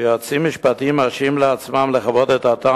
ויועצים משפטיים מרשים לעצמם לחוות דעתם